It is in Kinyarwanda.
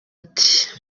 ati